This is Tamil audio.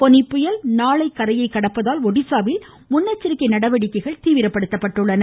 ்போனி புயல் நாளை கரையை கடப்பதால் ஒடிஸாவில் முன்னெச்சரிக்கை நடவடிக்கைகள் தீவிரப்படுத்தப்பட்டுள்ளன